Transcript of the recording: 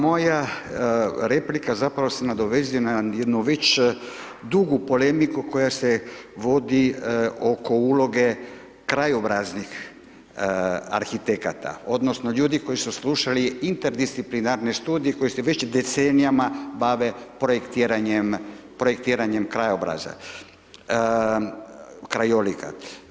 Moja replika zapravo se nadovezuje na jednu već dugu polemiku koja se vodi oko uloge krajobraznih arhitekata odnosno ljudi koji su slušali interdisciplinarni studij koji se već decenijima bave projektiranjem krajobraza, krajolika.